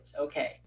Okay